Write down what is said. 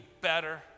better